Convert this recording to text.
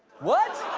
what!